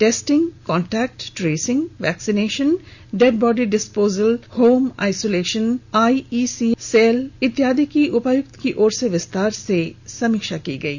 testing contact tracing vaccination dead body disposal home isolation IEC cell इत्यादि की उपायुक्त की ओर से विस्तार से समीक्षा की गयी